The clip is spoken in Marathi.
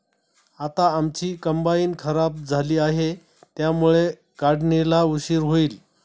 आता आमची कंबाइन खराब झाली आहे, त्यामुळे काढणीला उशीर होईल